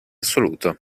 assoluto